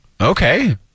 Okay